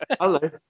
Hello